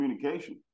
communication